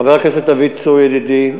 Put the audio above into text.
חבר הכנסת דוד צור, ידידי,